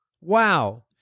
wow